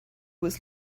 was